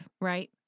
right